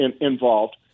involved